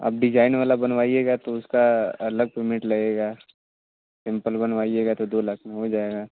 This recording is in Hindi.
अब डिजाइन वाला बनवाइएगा तो उसका अलग पेमेंट लगेगा सिंपल बनवाइएगा तो दो लाख में हो जाएगा